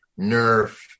Nerf